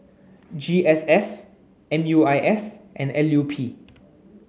G S S M U I S and L U P